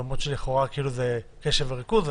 למרות שלכאורה זה קשב וריכוז,